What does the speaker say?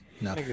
No